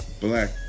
black